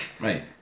Right